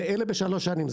ואלה בשלוש שנים.